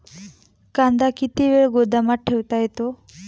कांदा किती वेळ गोदामात ठेवता येतो?